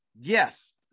Yes